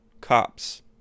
cops